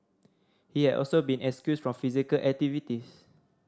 he had also been excused from physical activities